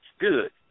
Good